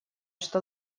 что